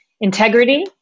integrity